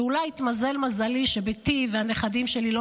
שאולי התמזל מזלי שבתי והנכדים שלי לא